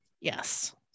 Yes